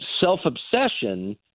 self-obsession